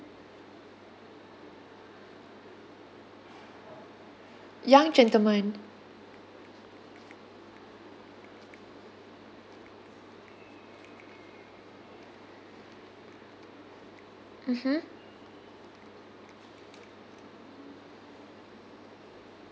young gentleman mmhmm